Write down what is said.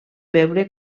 veure